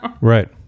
right